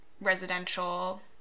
residential